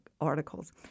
articles